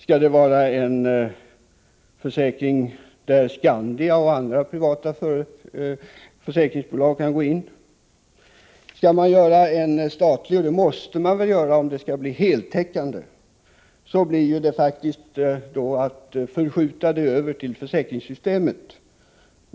Skall det vara en försäkring där Skandia och andra privata försäkringsbolag kan gå in? Gör man försäkringen statlig — och det måste man väl göra, om den skall bli heltäckande — blir det ju faktiskt fråga om en förskjutning över till försäkringssystemet.